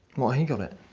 what? he got it?